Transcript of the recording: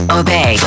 obey